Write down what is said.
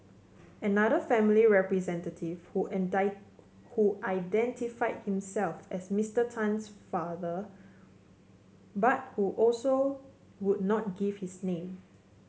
another family representative who who identified himself as Mister Tan's father but who also would not give his name